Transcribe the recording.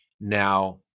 now